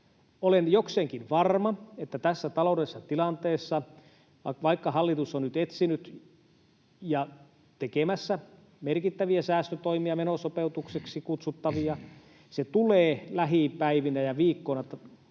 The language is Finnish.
Olen jokseenkin varma, että tässä taloudellisessa tilanteessa, vaikka hallitus on nyt etsinyt ja tekemässä merkittäviä säästötoimia, menosopeutukseksi kutsuttavia, se tulee lähipäivinä ja -viikkoina —